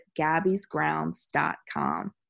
gabby'sgrounds.com